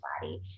body